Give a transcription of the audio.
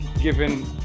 given